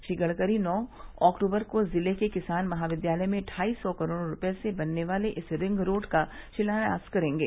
श्री गडकरी नौ अक्टूबर को जिले के किसान महाविद्यालय में ढ़ाई सौ करोड़ रूपये से बनने वाले इस रिंग रोड का शिलान्यास करेंगे